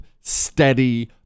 steady